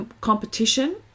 competition